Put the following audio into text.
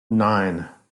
nine